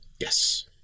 Yes